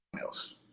else